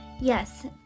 yes